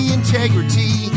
integrity